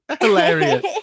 hilarious